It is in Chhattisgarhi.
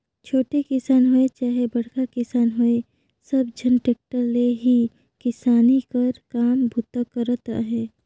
छोटे किसान होए चहे बड़खा किसान होए सब झन टेक्टर ले ही किसानी कर काम बूता करत अहे